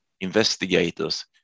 investigators